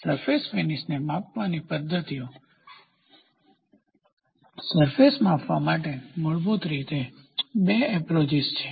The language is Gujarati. સરફેસ ફીનીશને માપવાની પદ્ધતિઓ સરફેસ માપવા માટે મૂળભૂત રીતે બે એપ્રોચીઝ છે